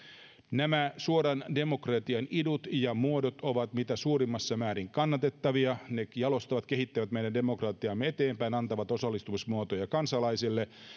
nämä suoran demokratian idut ja muodot ovat mitä suurimmassa määrin kannatettavia ne jalostavat ja kehittävät meidän demokratiaamme eteenpäin antavat osallistumismuotoja kansalaisille